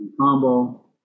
combo